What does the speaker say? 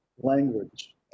Language